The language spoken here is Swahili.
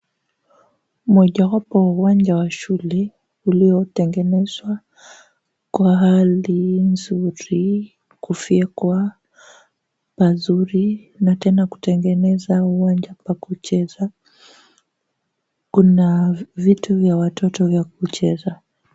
Mojawapo wa uwanja wa shule uliotengenezwa kwa hali nzuri, kufyekwa pazuri na tena kutengeneza uwanja pa kucheza. Kuna vitu vya watoto vya kucheza.